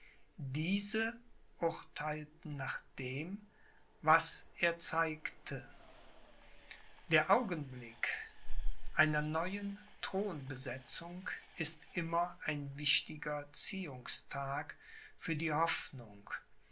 diese urtheilten nach dem was erzeigte der augenblick einer neuen thronbesetzung ist immer ein wichtiger ziehungstag für die hoffnung